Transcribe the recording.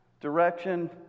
Direction